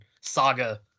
saga